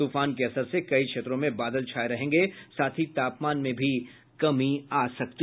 तूफान के असर से कई क्षेत्रों में बादल छाये रहेंगे साथ ही तापमान में भी कमी आयेगी